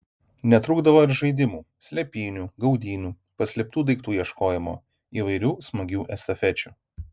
netrūkdavo ir žaidimų slėpynių gaudynių paslėptų daiktų ieškojimo įvairių smagių estafečių